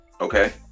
Okay